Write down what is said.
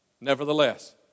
nevertheless